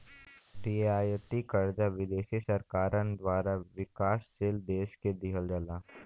रियायती कर्जा विदेशी सरकारन द्वारा विकासशील देश के दिहल जा सकला